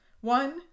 One